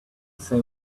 say